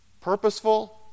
purposeful